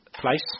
place